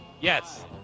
Yes